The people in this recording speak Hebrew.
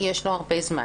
יש לו הרבה זמן.